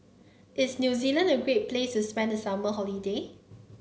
is New Zealand a great place to spend the summer holiday